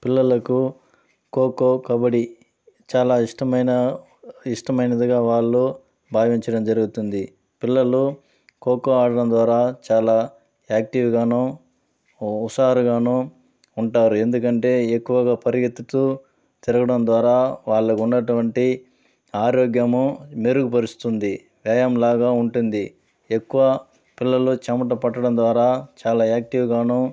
పిల్లలకు ఖోఖో కబడి చాలా ఇష్టమైన ఇష్టమైనదిగా వాళ్ళు భావించడం జరుగుతుంది పిల్లలు ఖోఖో ఆడటం ద్వారా చాలా యాక్టివ్గానూ హుషారుగాను ఉంటారు ఎందుకంటే ఎక్కువగా పరిగెత్తుతూ తిరగడం ద్వారా వాళ్లకి ఉన్నటువంటి ఆరోగ్యము మెరుగుపరుస్తుంది వ్యాయామం లాగా ఉంటుంది ఎక్కువ పిల్లలు చెమట పట్టడం ద్వారా చాలా యాక్టివ్గానూ